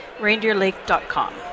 reindeerlake.com